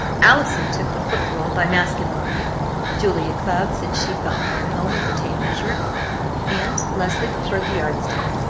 allison took the foot-rule by masculine right julia cloud said she felt more at home with the tape-measure and leslie preferred the yardstick.